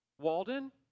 Walden